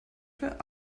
für